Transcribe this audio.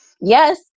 yes